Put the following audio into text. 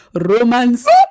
romance